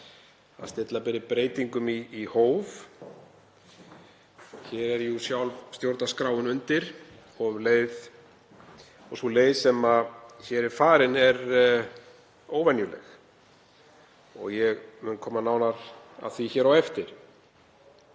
að stilla beri breytingum í hóf. Hér er sjálf stjórnarskráin undir og er sú leið sem hér er farin óvenjuleg. Ég mun koma nánar að því hér á eftir.